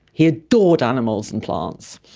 he adored animals and plants.